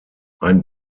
ein